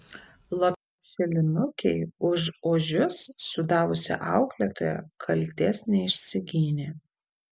lopšelinukei už ožius sudavusi auklėtoja kaltės neišsigynė